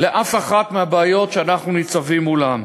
לאף אחת מהבעיות שאנחנו ניצבים מולן.